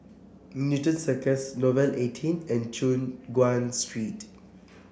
Newton Cirus Nouvel eighteen and Choon Guan Street